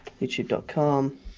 YouTube.com